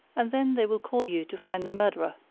and then they will call you to find the murderer.